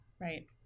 Right